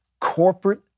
corporate